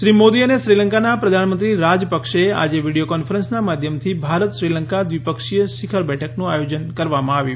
શ્રી મોદી અને શ્રીલંકાના પ્રધાનમંત્રી રાજપક્ષાએ આજે વિડિયો કોન્ફરન્સના માધ્યમથી ભારત શ્રીલંકા દ્વિપક્ષીય શિખર બેઠકનું આયોજન કરવામાં આવ્યું